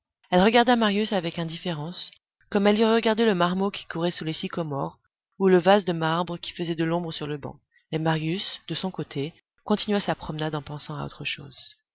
elle regarda marius avec indifférence comme elle eût regardé le marmot qui courait sous les sycomores ou le vase de marbre qui faisait de l'ombre sur le banc et marius de son côté continua sa promenade en pensant à autre chose